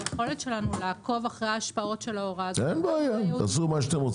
היכולת שלנו לעקוב אחרי ההשפעות של ההוראה -- תעקבו על מה שאתם רוצים.